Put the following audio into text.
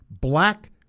black